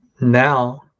now